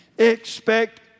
Expect